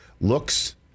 looks